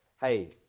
hey